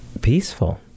peaceful